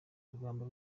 urugamba